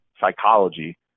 psychology